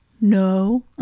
No